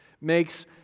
makes